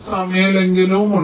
സമയ ലംഘനം ഉണ്ട്